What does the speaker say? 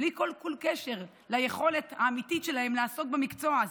בלי כל קשר ליכולת האמיתית שלהם לעסוק במקצוע הזה.